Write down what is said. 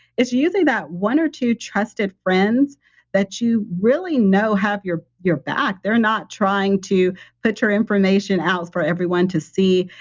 it's usually that one or two trusted friends that you really know have your your back. they're not trying to put your information out for everyone to see.